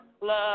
Love